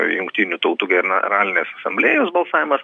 jungtinių tautų generalinės asamblėjos balsavimas